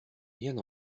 rien